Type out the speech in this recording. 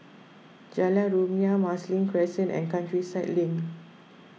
Jalan Rumia Marsiling Crescent and Countryside Link